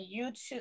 YouTube